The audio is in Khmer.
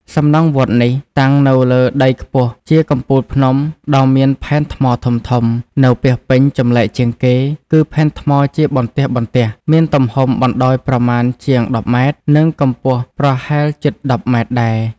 សំណង់វត្តនេះ តាំងនៅលើដីខ្ពស់ជាកំពូលភ្នំដ៏មានផែនថ្មធំៗ នៅពាសពេញចម្លែកជាងគេ គឺផែនថ្មជាបន្ទះៗ មានទំហំបណ្ដោយប្រមាណជាង ១០ ម៉ែត្រ និងកម្ពស់ប្រហែលជិតដប់ម៉ែត្រដែរ ។